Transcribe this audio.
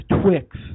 Twix